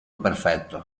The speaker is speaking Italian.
perfetto